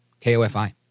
KOFI